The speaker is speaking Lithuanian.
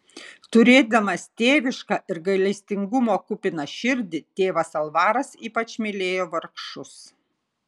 turėdamas tėvišką ir gailestingumo kupiną širdį tėvas alvaras ypač mylėjo vargšus